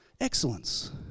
Excellence